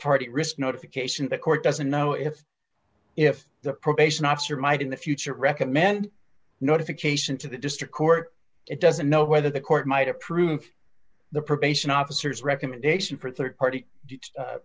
party risk notification the court doesn't know if if the probation officer might in the future recommend notification to the district court it doesn't know whether the court might approve the probation officers recommendation for rd party